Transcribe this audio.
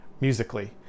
musically